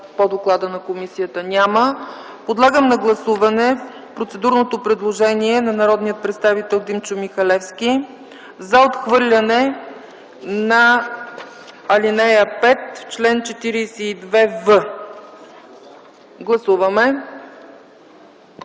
в доклада на комисията? Няма. Подлагам на гласуване процедурното предложение на народния представител Димчо Михалевски за отхвърляне на ал. 5 в чл. 42в. Гласували